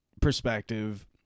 perspective